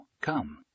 Come